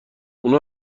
اونا